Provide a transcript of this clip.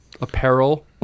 apparel